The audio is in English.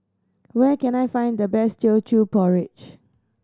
where can I find the best Teochew Porridge